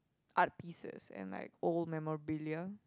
art pieces and like old memorabilia